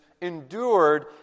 endured